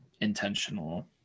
intentional